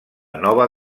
nova